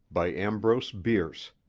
by ambrose bierce